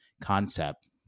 concept